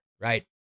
right